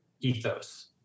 ethos